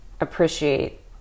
appreciate